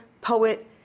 poet